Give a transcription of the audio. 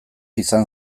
izan